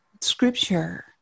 scripture